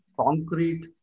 concrete